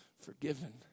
forgiven